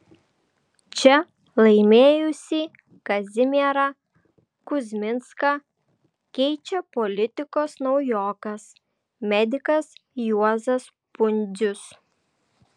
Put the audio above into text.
čia laimėjusį kazimierą kuzminską keičia politikos naujokas medikas juozas pundzius